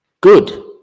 good